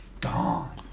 gone